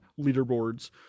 leaderboards